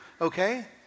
okay